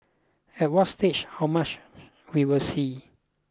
at what stage how much we will see